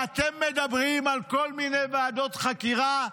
ואתם מדברים על כל מיני ועדות חקירה?